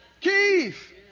Keith